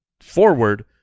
forward